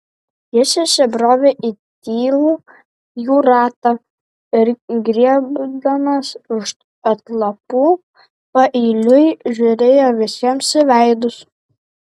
jis įsibrovė į tylų jų ratą ir griebdamas už atlapų paeiliui žiūrėjo visiems į veidus